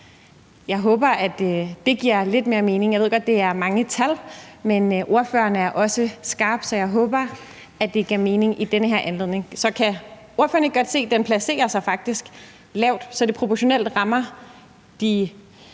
Jeg håber, at det giver lidt mere mening. Jeg ved godt, at det er mange tal, men ordføreren er også skarp, så jeg håber, at det gav mening nu. Så kan ordføreren ikke godt se, at den faktisk placerer sig lavt, så det proportionelt rammer de